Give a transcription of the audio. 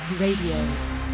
Radio